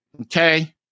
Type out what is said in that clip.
Okay